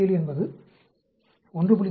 47 என்பது 1